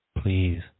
Please